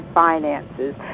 finances